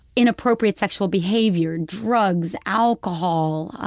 inappropriate sexual behavior, drugs, alcohol,